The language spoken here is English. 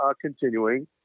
continuing